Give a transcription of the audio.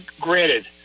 granted